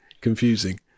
confusing